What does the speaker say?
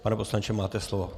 Pane poslanče, máte slovo.